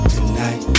Tonight